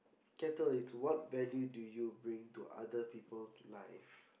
kettle is what value do you bring to other people's life